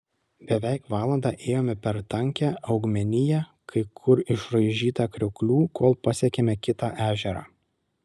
beveik valandą ėjome per tankią augmeniją kai kur išraižytą krioklių kol pasiekėme kitą ežerą